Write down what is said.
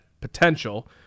potential